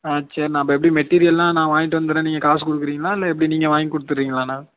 ஆ சரிண்ணா அப்போ எப்படி மெட்டீரியெல்லாம் நான் வாங்கிட்டு வந்துடுறேன் நீங்கள் காசு கொடுக்கறீங்களா இல்லை எப்படி நீங்கள் வாங்கி கொடுத்துறீங்களாண்ணா